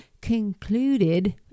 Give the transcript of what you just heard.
concluded